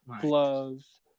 gloves